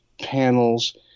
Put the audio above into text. panels